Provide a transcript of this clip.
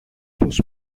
πως